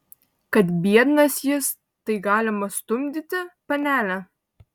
kad biednas jis tai galima stumdyti panele